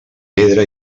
pedra